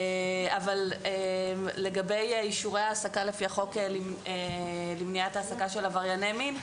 אבל לגבי אישורי העסקה לפי החוק למניעת העסקה של עברייני מין,